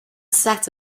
sat